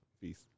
Peace